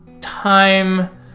time